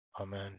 Amen